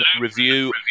review